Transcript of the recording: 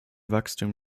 wachstum